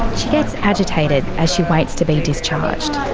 she gets agitated as she waits to be discharged.